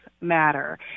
matter